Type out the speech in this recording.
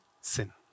Sin